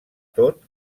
tot